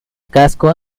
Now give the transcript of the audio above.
casco